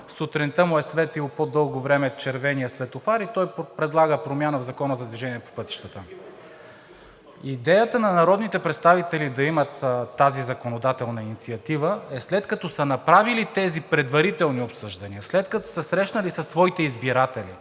сутринта му е светил по-дълго време червеният светофар и да предлага промяна в Закона за движение по пътищата?! Идеята е народните представители да имат тази законодателна инициатива, след като са направили тези предварителни обсъждания, след като са се срещнали със своите избиратели,